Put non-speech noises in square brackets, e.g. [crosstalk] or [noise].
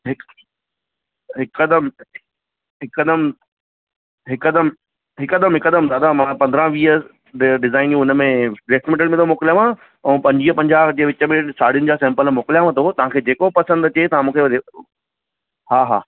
हिकदमि हिकदमि हिकदमि हिकदमि हिकदमि दादा मां पंद्रहं वीह डि डिज़ाइनियूं हुन में ड्रैस मेटेरियल में थो मोकिलियांव ऐं पंजवीह पंजाहु जे विच में साड़ीनि जा सेम्पल मोकिलियांव थो तव्हांखे जेको पसंदि आहे तव्हां मूंखे [unintelligible] हा हा